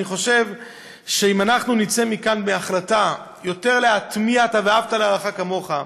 ואני חושב שאם אנחנו נצא מכאן בהחלטה יותר להטמיע את "ואהבת לרעך כמוך",